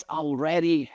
already